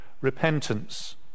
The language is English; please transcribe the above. repentance